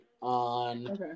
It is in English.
on